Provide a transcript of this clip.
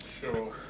Sure